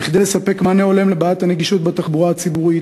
כדי לספק מענה הולם לבעיית הנגישות בתחבורה הציבורית